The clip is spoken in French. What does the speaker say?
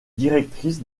directrice